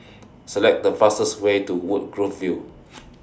Select The fastest Way to Woodgrove View